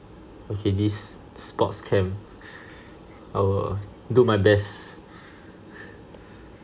okay this sports camp I will do my best